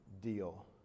deal